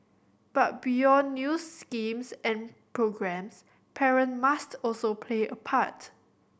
but beyond new schemes and programmes parent must also play a part